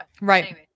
Right